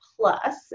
Plus